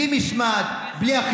בלי משמעת,